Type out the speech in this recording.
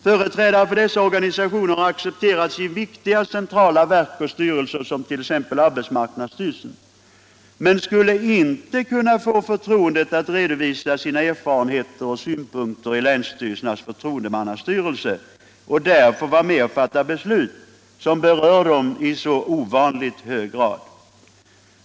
Företrädare för dessa organisationer har accepterats i viktiga centrala verk och styrelser, t.ex. arbetsmarknadsstyrelsen, men skulle inte kunna få förtroendet att redovisa sina erfarenheter och synpunkter i länsstyrelsernas förtroendemannastyrelse och där få vara med och fatta beslut som berör dem i så ovanligt hög grad.